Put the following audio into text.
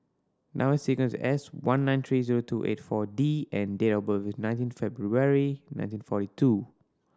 number sequence is S one nine three zero two eight Four D and date of birth is nineteen February nineteen forty two